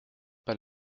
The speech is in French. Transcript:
pas